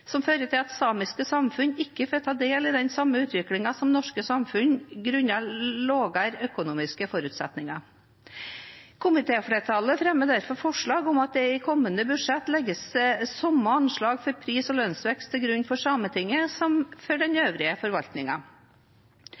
som fører til at samiske samfunn ikke får ta del i den samme utviklingen som norske samfunn, grunnet lavere økonomiske forutsetninger. Komitéflertallet fremmer derfor forslag om at det i kommende budsjett legges samme anslag for pris- og lønnsvekst til grunn for Sametinget som for den øvrige